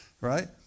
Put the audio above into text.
Right